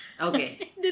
Okay